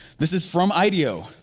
this is from ideo,